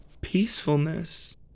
peacefulness